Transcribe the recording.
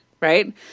right